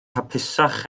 hapusach